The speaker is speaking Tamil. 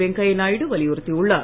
வெங்கையநாயுடு வலியுறுத்தியுள்ளார்